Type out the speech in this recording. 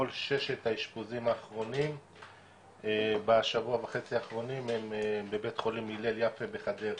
כל ששת האשפוזים בשבוע וחצי האחרונים הם בבית החולים הלל יפה בחדרה.